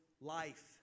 life